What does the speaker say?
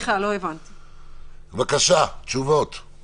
חתונה ובר מצווה ירדו, צומצמו עילות נוספות.